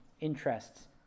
interests